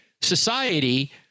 society